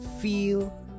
feel